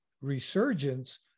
resurgence